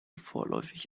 vorläufig